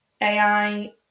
AI